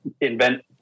invent